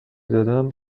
دادم